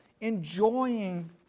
Enjoying